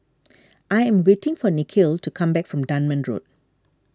I am waiting for Nikhil to come back from Dunman Road